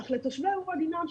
אך לתושבי ואדי נעם,